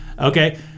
Okay